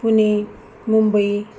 Pune Mumbai